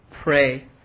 pray